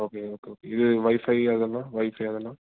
okay okay okay இது wifi அதெல்லாம் wifi அதெல்லாம்